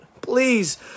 please